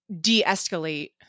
de-escalate